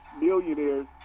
millionaires